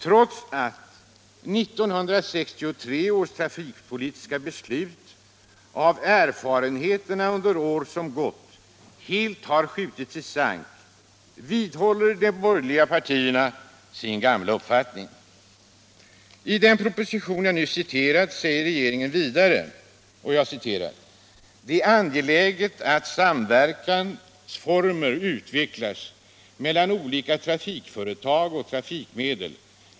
Trots att 1963 års trafikpolitiska beslut av erfarenheterna under de år som gått helt har skjutits i sank, vidhåller tydligen de borgerliga partierna sin gamla uppfattning. I den proposition jag nyss citerat säger regeringen vidare: ”Det är angeläget att samverkansformer utvecklas mellan olika trafikföretag och trafikmedel.